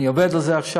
אני עובד על זה עכשיו.